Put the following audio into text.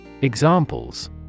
Examples